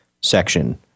section